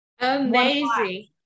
Amazing